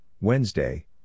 Wednesday